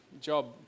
job